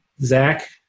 Zach